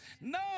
No